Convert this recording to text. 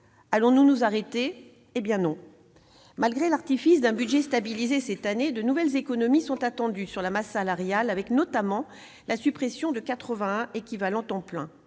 Allons-nous nous arrêter ? Eh bien, non ! Malgré l'artifice d'un budget stabilisé cette année, de nouvelles économies sont attendues sur la masse salariale, notamment avec la suppression de 81 équivalents temps plein.